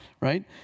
right